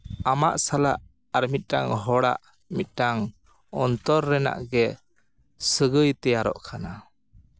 ᱟᱢᱟᱜ ᱥᱟᱞᱟᱜ ᱟᱨ ᱢᱤᱫᱴᱟᱝ ᱦᱚᱲᱟᱜ ᱢᱤᱫᱴᱟᱝ ᱚᱱᱛᱚᱨ ᱨᱮᱱᱟᱜ ᱜᱮ ᱥᱟᱹᱜᱟᱹᱭ ᱛᱮᱭᱟᱨᱚᱜ ᱠᱟᱱᱟ